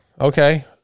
Okay